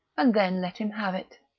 and then let him have it.